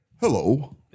hello